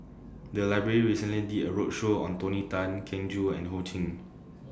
The Library recently did A roadshow on Tony Tan Keng Joo and Ho Ching